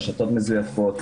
רשתות מזויפות.